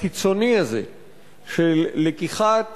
הקיצוני הזה של לקיחת